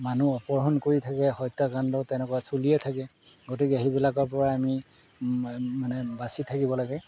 মানুহ অপহৰণ কৰি থাকে সত্যাকাণ্ড তেনেকুৱা চলিয়ে থাকে গতিকে সেইবিলাকৰপৰা আমি মানে বাছি থাকিব লাগে